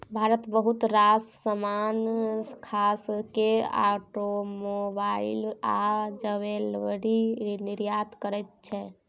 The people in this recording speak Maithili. भारत बहुत रास समान खास केँ आटोमोबाइल आ ज्वैलरी निर्यात करय छै